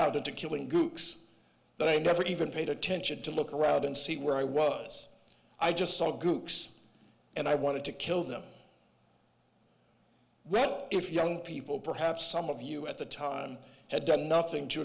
into killing groups that i never even paid attention to look around and see where i was i just saw gooks and i wanted to kill them if young people perhaps some of you at the time had done nothing to